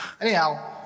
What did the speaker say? Anyhow